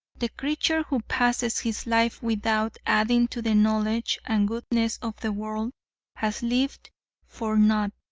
the creature who passes his life without adding to the knowledge and goodness of the world has lived for naught,